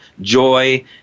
joy